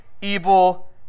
evil